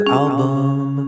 album